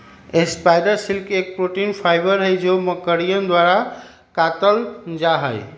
spider silk एक protein fibre हई जो मकड़ियन द्वारा कातल जाहई